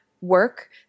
work